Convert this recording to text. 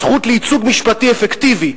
הזכות לייצוג משפטי אפקטיבי,